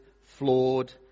flawed